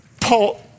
Paul